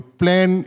plan